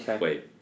Wait